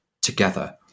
together